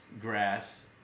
grass